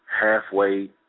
halfway